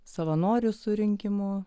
savanorių surinkimo